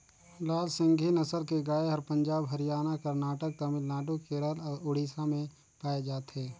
लाल सिंघी नसल के गाय हर पंजाब, हरियाणा, करनाटक, तमिलनाडु, केरल अउ उड़ीसा में पाए जाथे